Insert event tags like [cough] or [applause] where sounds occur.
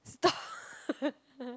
stop [laughs]